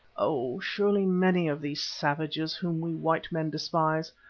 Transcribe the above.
oh! surely many of these savages whom we white men despise,